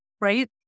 right